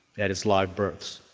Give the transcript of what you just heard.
that is, live births.